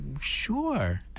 sure